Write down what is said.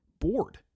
bored